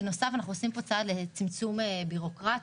בנוסף אנחנו עושים צעד לצמצום בירוקרטיה.